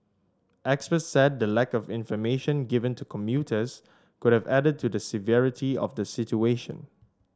experts said the lack of information given to commuters could have added to the severity of the situation